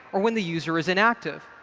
or when the user is inactive.